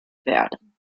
werden